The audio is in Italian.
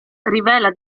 rivela